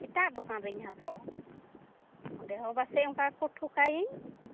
ᱮᱴᱟᱜ ᱫᱚᱠᱟᱱ ᱨᱮᱧ ᱦᱟᱛᱟᱣᱟ ᱚᱸᱰᱮ ᱦᱚᱸ ᱯᱟᱥᱮᱡ ᱚᱱᱠᱟ ᱜᱮᱠᱚ ᱴᱷᱚᱠᱟᱣᱤᱧ